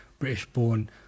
British-born